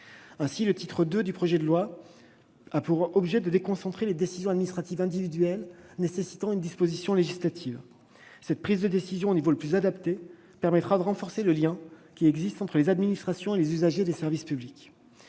Ainsi, le titre II du projet de loi a pour objet de déconcentrer les décisions administratives individuelles. Cette prise de décision au niveau le plus adapté permettra de renforcer le lien entre les administrations et les usagers des services publics.